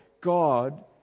God